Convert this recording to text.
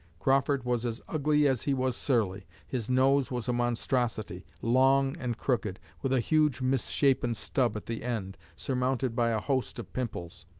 crawford was as ugly as he was surly. his nose was a monstrosity long and crooked, with a huge mis-shapen stub at the end, surmounted by a host of pimples,